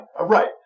right